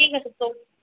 ঠিক আছে তো